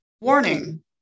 Warning